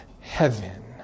heaven